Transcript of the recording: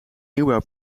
nieuwbouw